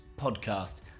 podcast